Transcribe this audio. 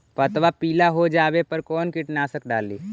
पतबा पिला हो जाबे पर कौन कीटनाशक डाली?